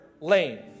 lane